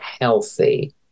healthy